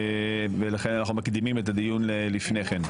ולכן אנחנו מקדימים את הדיון לפני כן.